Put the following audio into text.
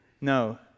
No